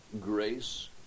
grace